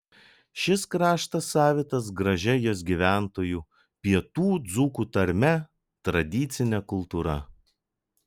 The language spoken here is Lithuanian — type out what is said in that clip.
šis kraštas savitas gražia jos gyventojų pietų dzūkų tarme tradicine kultūra